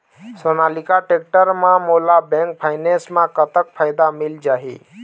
Sonalika tractor म मोला bank finance म कतक फायदा मिल जाही?